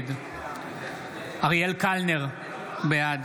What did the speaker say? נגד אריאל קלנר, בעד